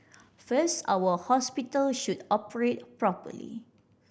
first our hospital should operate properly